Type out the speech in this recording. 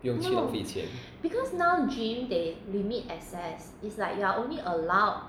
不用去浪费钱